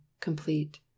complete